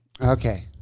Okay